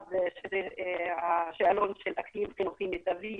אחד זה השאלון של אקלים חינוכי מיטבי,